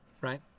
right